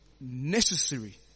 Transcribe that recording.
necessary